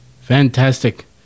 Fantastic